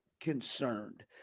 concerned